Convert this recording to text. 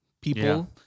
people